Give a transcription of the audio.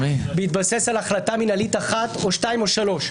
בהתבסס על החלטה מינהלית אחת או שתיים או שלוש,